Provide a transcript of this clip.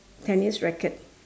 tennis racket